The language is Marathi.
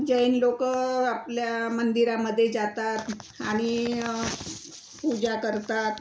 जैन लोक आपल्या मंदिरामध्ये जातात आणि पूजा करतात